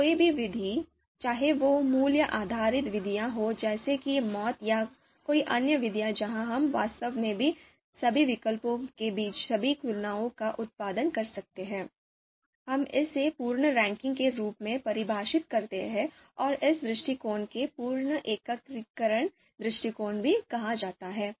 तो कोई भी विधि चाहे वह मूल्य आधारित विधियाँ हों जैसे कि MAUT या कोई अन्य विधि जहाँ हम वास्तव में सभी विकल्पों के बीच सभी तुलनाओं का उत्पादन कर सकते हैं हम इसे पूर्ण रैंकिंग के रूप में परिभाषित करते हैं और इस दृष्टिकोण को पूर्ण एकत्रीकरण दृष्टिकोण भी कहा जाता है